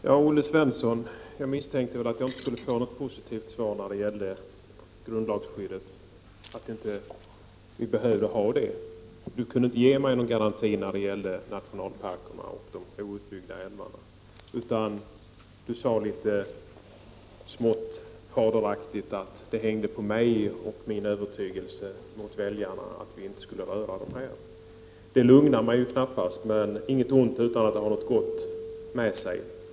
Fru talman! Jag misstänkte att jag inte skulle få något positivt svar av Olle Svensson om grundlagsskyddet för nationalparkerna och de outbyggda älvarna. Han kunde inte ge mig någon garanti, utan han sade litet smått fadersaktigt att det hänger på mig och min förmåga att övertyga väljarna om älvar och nationalparker kommer att bevaras eller inte. Det lugnar mig knappast, men inget ont utan att det har något gott med sig.